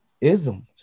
isms